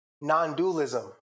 non-dualism